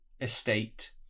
estate